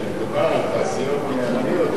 כשמדובר על תעשיות ביטחוניות,